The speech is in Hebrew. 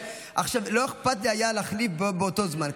לא אכפת היה לי להחליף באותו זמן.